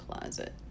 closet